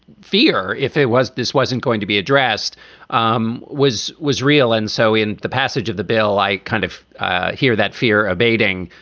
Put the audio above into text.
fear, if it was this wasn't going to be addressed um was was real. and so in the passage of the bill, i kind of hear that fear abating.